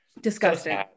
disgusting